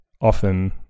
often